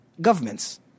governments